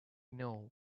know